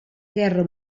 guerra